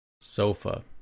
Sofa